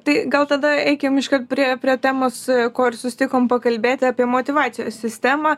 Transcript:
tai gal tada eikim iškart prie prie temos ko ir susitikom pakalbėti apie motyvacijos sistemą